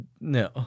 no